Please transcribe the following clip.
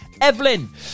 evelyn